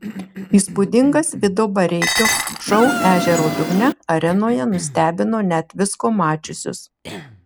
įspūdingas vido bareikio šou ežero dugne arenoje nustebino net visko mačiusius